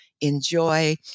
enjoy